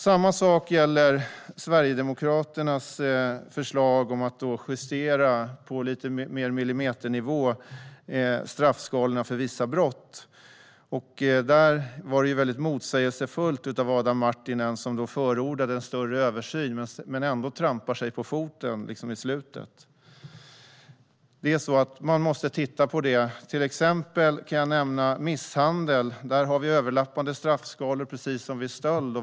Samma sak gäller Sverigedemokraternas förslag att på millimeternivå justera straffskalorna för vissa brott. Adam Marttinen var motsägelsefull då han förordade en större översyn, men han trampade sig ändå på foten i slutet. Man måste titta på detta. Som exempel kan jag nämna misshandel. Där har vi överlappande straffskalor precis som vid stöld.